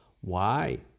Why